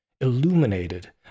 illuminated